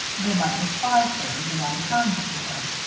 they might despise her and be unkind to her.